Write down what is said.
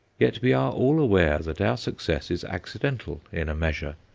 yet we are all aware that our success is accidental, in a measure.